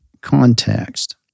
context